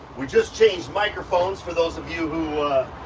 we just changed microphones for those of you who